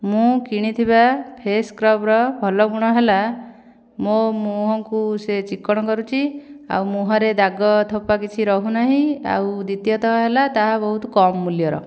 ମୁଁ କିଣିଥିବା ଫେସ୍ ସ୍କ୍ରବର ଭଲ ଗୁଣ ହେଲା ମୋ' ମୁହଁକୁ ସେ ଚିକ୍କଣ କରୁଛି ଆଉ ମୁହଁରେ ଦାଗ ଧବା କିଛି ରହୁନାହିଁ ଆଉ ଦ୍ଵିତୀୟତଃ ହେଲା ତାହା ବହୁତ କମ୍ ମୂଲ୍ୟର